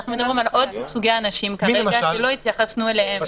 אנחנו מדברים על עוד סוגי אנשים שלא התייחסנו אליהם,